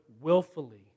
willfully